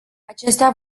acestea